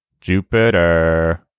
Jupiter